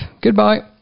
Goodbye